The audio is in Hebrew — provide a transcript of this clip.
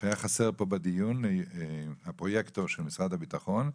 שהיה חסר פה בדיון הפרויקטור של משרד הביטחון,